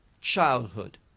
childhood